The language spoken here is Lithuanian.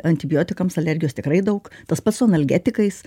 antibiotikams alergijos tikrai daug tas pats su analgetikais